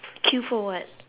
K for what